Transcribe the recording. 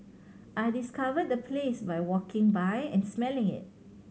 I discovered the place by walking by and smelling it